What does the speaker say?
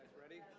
ready?